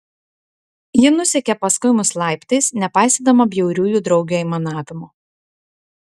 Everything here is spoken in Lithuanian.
ji nusekė paskui mus laiptais nepaisydama bjauriųjų draugių aimanavimo